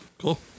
Cool